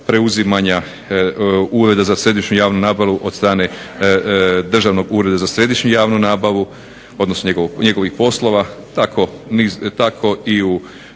preuzimanja Ureda za središnju javnu nabavu od strane Državnog ureda za središnju javnu nabavu, odnosno njegovih poslova, tako i u